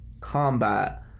combat